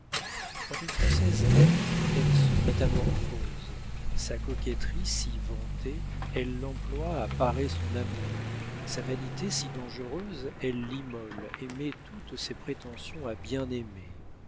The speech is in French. quand une française aime elle se métamorphose sa coquetterie si vantée elle l'emploie à parer son amour sa vanité si dangereuse elle l'immole et met toutes ses prétentions à bien